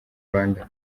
rwanda